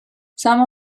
some